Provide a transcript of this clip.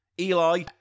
Eli